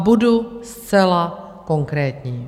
Budu zcela konkrétní.